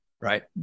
Right